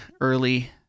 early